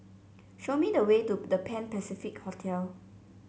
show me the way to The Pan Pacific Hotel